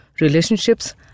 relationships